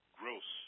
gross